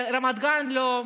ברמת גן, לא.